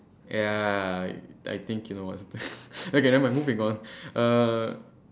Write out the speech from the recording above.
ya I think you know what's that okay never mind moving on uh